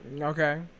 okay